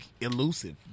elusive